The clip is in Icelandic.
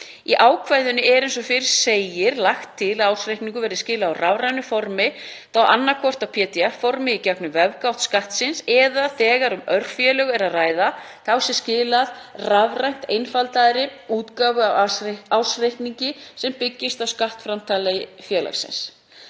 Í ákvæðinu er, eins og fyrr segir, lagt til að ársreikningum verði skilað á rafrænu formi, þá annaðhvort á pdf-formi í gegnum vefgátt Skattsins eða þegar um örfá félög er að ræða sé skilað rafrænt einfaldaðri útgáfu á ársreikningi sem byggist á skattframtali félagsins.